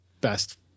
best